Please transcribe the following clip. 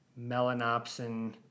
melanopsin